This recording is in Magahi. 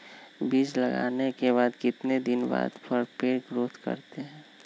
बीज लगाने के बाद कितने दिन बाद पर पेड़ ग्रोथ करते हैं?